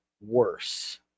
Worse